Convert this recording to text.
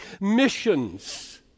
Missions